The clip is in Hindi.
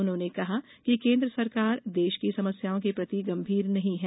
उन्होंने कहा कि केन्द्र सरकार देश की समस्याओं के प्रति गंभीर नहीं है